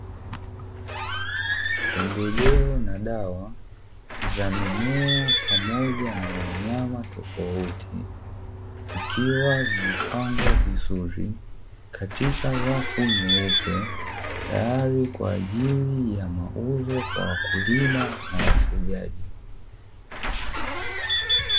Pembejeo na dawa za mimea pamoja na wanyama tofauti ikiwa imepangwa vizuri katika rafu nyeupe, tayari kwajili ya mauzo kwa wakulima na wafugaji.